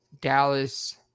Dallas